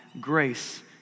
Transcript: grace